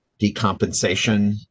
decompensation